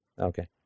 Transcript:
Okay